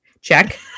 Check